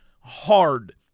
hard